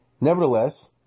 nevertheless